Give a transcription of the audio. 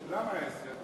למה עשר?